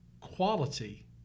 quality